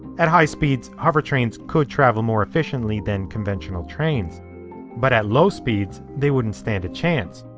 at high speeds, hovertrains could travel more efficiently than conventional trains but at low speeds, they wouldn't stand a chance.